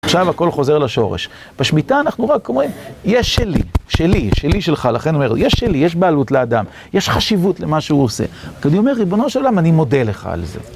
עכשיו הכל חוזר לשורש, בשמיטה אנחנו רק קוראים, יש שלי, שלי, שלי-שלך, לכן אומר, יש שלי, יש בעלות לאדם, יש חשיבות למה שהוא עושה. אני אומר, ריבונו שלום, אני מודה לך על זה.